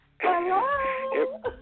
Hello